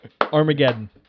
Armageddon